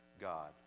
God